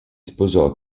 sposò